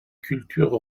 culture